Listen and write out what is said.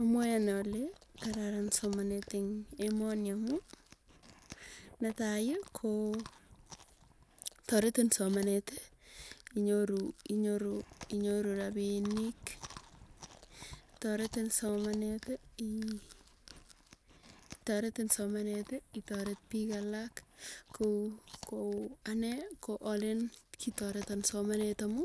Amwae ane ale, kararan somanet eng emoni amu, ne tai i koo taretin somanet ii inyoru inyoru inyoru rabiinik taretin somanet i itaretin somanet i itaret biik alak kou ane ko alen kitaretan somanet. Amu